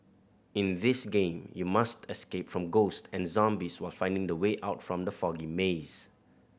in this game you must escape from ghost and zombies while finding the way out from the foggy maze